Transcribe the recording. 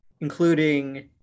including